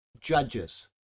Judges